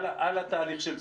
על התהליך.